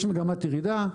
יש מגמת ירידה.